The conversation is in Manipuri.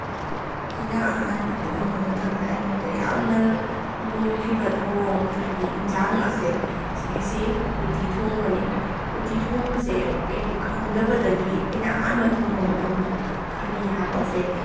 ꯑꯩꯅ ꯑꯍꯥꯟꯕ ꯊꯣꯡꯕ ꯃꯇꯝꯗ ꯑꯩꯉꯣꯟꯗ ꯌꯥꯝꯅ ꯂꯨꯈꯤꯕ ꯊꯧꯑꯣꯡ ꯍꯥꯏꯗꯤ ꯑꯦꯟꯁꯥꯡ ꯑꯁꯦ ꯁꯤꯒꯤꯁꯤ ꯎꯇꯤ ꯊꯣꯡꯕꯅꯤ ꯎꯇꯤ ꯊꯣꯡꯕꯁꯦ ꯑꯩꯗꯤ ꯈꯪꯗꯕꯗꯒꯤ ꯑꯩꯅ ꯑꯍꯥꯟꯕ ꯊꯣꯡꯕ ꯃꯇꯝꯗ ꯈꯔꯤ ꯍꯥꯞꯄꯁꯦ